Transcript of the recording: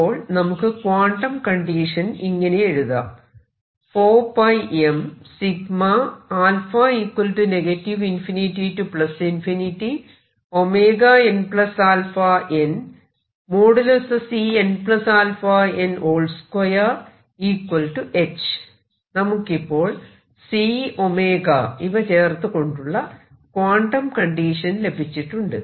ഇപ്പോൾ നമുക്ക് quantum condition ഇങ്ങനെ എഴുതാം നമുക്കിപ്പോൾ C 𝜔 ഇവ ചേർത്തുകൊണ്ടുള്ള ക്വാണ്ടം കണ്ടിഷൻ ലഭിച്ചിട്ടുണ്ട്